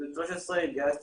בהנדסת חשמל.